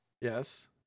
Yes